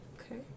Okay